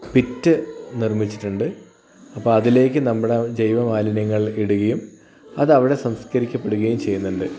pit നിർമ്മിച്ചിട്ടുണ്ട് അപ്പോൾ അതിലേക്കു നമ്മുടെ ജൈവ മാലിന്യങ്ങൾ ഇടുകയും അതവിടെ സംസ്ക്കരിക്കപ്പെടുകയും ചെയ്യുന്നുണ്ട്